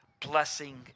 blessing